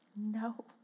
No